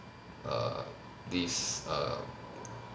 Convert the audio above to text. err this err